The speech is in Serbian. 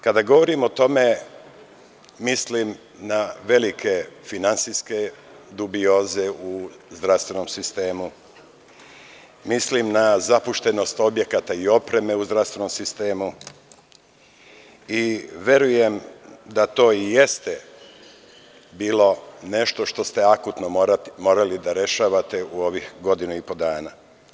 Kada govorimo o tome, mislim na velike finansijske dubioze u zdravstvenom sistemu, mislim na zapuštenost objekata i opreme u zdravstvenom sistemu, i verujem da to i jeste bilo nešto što ste akutno morali da rešavate u ovih godinu i po dana.